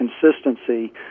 consistency